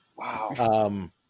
Wow